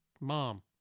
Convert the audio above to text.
mom